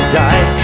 die